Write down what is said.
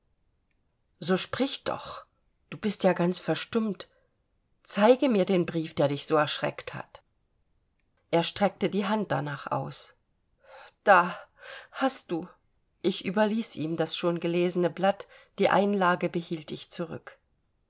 so sprich doch du bist ja ganz verstummt zeige mir den brief der dich so erschreckt hat er streckte die hand darnach aus da hast du ich überließ ihm das schon gelesene blatt die einlage behielt ich zurück